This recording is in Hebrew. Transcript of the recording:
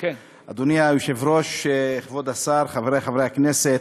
אדוני היושב-ראש, כבוד השר, חברי חברי הכנסת,